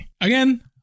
Again